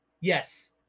yes